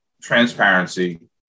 transparency